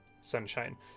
Sunshine